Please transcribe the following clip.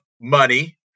money